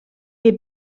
est